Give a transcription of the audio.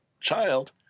child